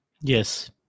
Yes